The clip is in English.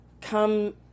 come